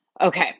Okay